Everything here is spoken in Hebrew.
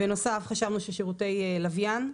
בנוסף, חשבנו ששירותי לווין,